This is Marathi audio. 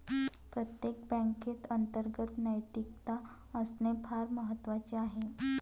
प्रत्येक बँकेत अंतर्गत नैतिकता असणे फार महत्वाचे आहे